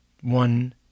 One